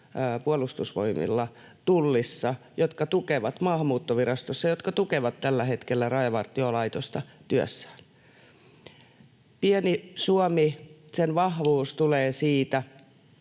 Puolustusvoimilla, Tullissa, Maahanmuuttovirastossa, jotka tukevat tällä hetkellä Rajavartiolaitosta työssään. Pienen Suomen vahvuus tulee siitä,